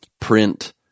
print